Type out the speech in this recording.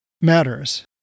matters